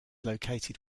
located